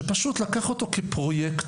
שפשוט לקח אותו כפרוייקט,